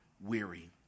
weary